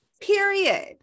period